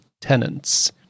tenants